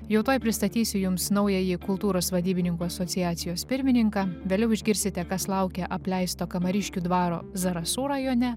jau tuoj pristatysiu jums naująjį kultūros vadybininkų asociacijos pirmininką vėliau išgirsite kas laukia apleisto kamariškių dvaro zarasų rajone